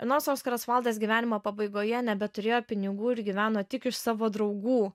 nors oskaras vaildas gyvenimo pabaigoje nebeturėjo pinigų ir gyveno tik iš savo draugų